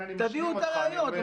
תביאו את הראיות.